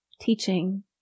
teaching